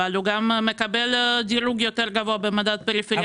אבל הוא גם מקבל דירוג יותר גבוה במדד פריפריאלי.